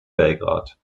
belgrad